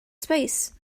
space